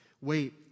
Wait